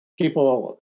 people